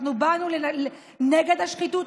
אנחנו באנו נגד השחיתות,